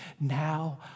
Now